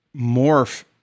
morph